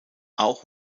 auch